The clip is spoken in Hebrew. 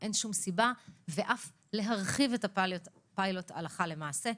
ואף להרחיב את הפיילוט הלכה למעשה.